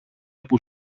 που